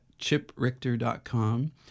ChipRichter.com